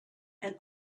and